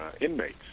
inmates